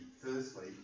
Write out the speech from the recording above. firstly